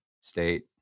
state